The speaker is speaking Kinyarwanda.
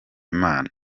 imana